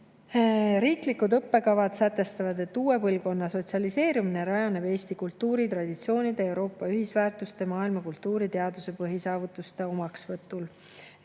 Riiklikud õppekavad sätestavad, et uue põlvkonna sotsialiseerumine rajaneb eesti kultuuritraditsioonide, Euroopa ühisväärtuste ning maailma kultuuri ja teaduse põhisaavutuste omaksvõtul.